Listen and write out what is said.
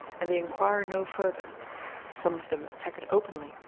and they inquire no further some of them attack it openly,